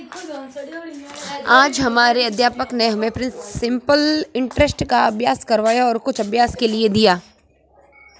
आज हमारे अध्यापक ने हमें सिंपल इंटरेस्ट का अभ्यास करवाया और कुछ अभ्यास के लिए दिया